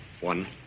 One